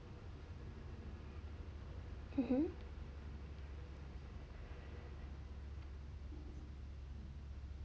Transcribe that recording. mmhmm